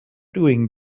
doing